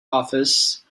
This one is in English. office